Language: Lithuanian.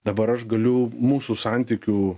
dabar aš galiu mūsų santykių